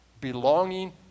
Belonging